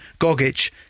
Gogic